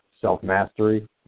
self-mastery